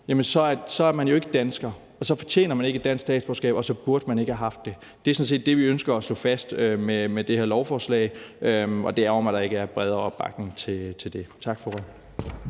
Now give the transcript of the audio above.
jamen så er man jo ikke dansker, og så fortjener man ikke dansk statsborgerskab, og så burde man ikke have haft det. Det er sådan set det, vi ønsker at slå fast med det her lovforslag, og det ærgrer mig, at der ikke er bredere opbakning til det. Tak for ordet.